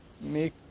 make